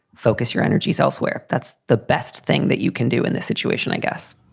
focus your energies elsewhere. that's the best thing that you can do in this situation, i guess.